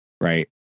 right